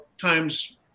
times